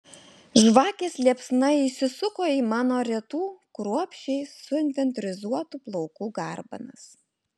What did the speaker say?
žvakės liepsna įsisuko į mano retų kruopščiai suinventorizuotų plaukų garbanas